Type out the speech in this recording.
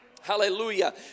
Hallelujah